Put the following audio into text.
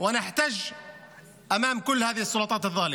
ולדבר היום על, בעיניי, מצעד צביעות מביש.